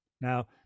Now